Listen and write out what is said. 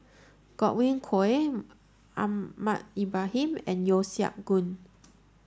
Godwin Koay Ahmad Ibrahim and Yeo Siak Goon